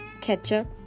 Ketchup